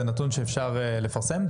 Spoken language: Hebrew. זה נתון אפשר לפרסם?